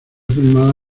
filmada